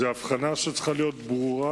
זו הבחנה שצריכה להיות ברורה,